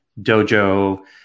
Dojo